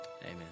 Amen